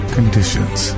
Conditions